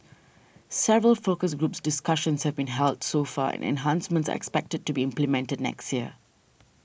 several focus groups discussions have been held so far and enhancements are expected to be implemented next year